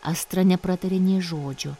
astra nepratarė nė žodžio